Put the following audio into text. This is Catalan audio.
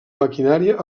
maquinària